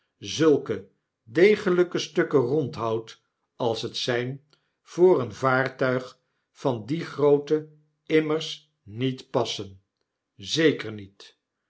zulke degelijke stukken rondhout als het zijn voor een vaartuig van die grootte immers niet passen zeker niet